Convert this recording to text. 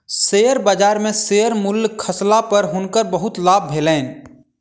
share बजार में share मूल्य खसला पर हुनकर बहुत लाभ भेलैन